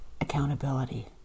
accountability